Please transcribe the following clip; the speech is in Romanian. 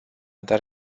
dar